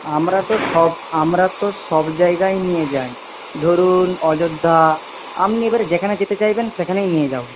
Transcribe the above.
আমরা তো সব আমরা তো সব জায়গায় নিয়ে যাই ধরুন অযোধ্যা আপনি এবার যেখানে যেতে চাইবেন সেখানেই নিয়ে যাব